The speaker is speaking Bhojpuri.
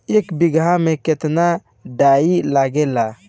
एक बिगहा में केतना डाई लागेला?